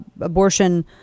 abortion